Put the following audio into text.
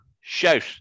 shout